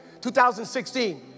2016